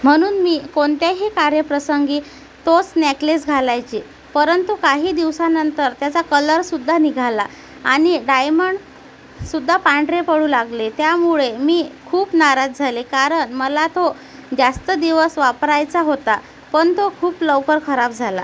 म्हणून मी कोणत्याही कार्यप्रसंगी तोच नेकलेस घालायचे परंतु काही दिवसानंतर त्याचा कलरसुद्धा निघाला आणि डायमंड सुद्धा पांढरे पडू लागले त्यामुळे मी खूप नाराज झाले कारण मला तो जास्त दिवस वापरायचा होता पण तो खूप लवकर खराब झाला